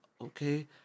okay